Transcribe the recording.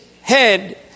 head